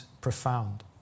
profound